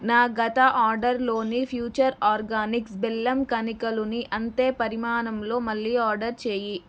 నా గత ఆర్డర్లోని ఫ్యూచర్ ఆర్గానిక్స్ బెల్లం కణికలుని అంతే పరిమాణంలో మళ్ళీ ఆర్డర్ చేయి